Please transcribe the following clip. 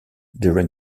during